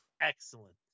excellent